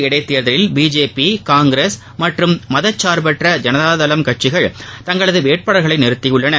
இடைத்தேர்தலில் BJP Congress மற்றும் மதச்சார்பற்ற ஜனதா தளம் கட்சிகள் தங்களது இந்த வேட்பாளர்களை நிறுத்தியுள்ளன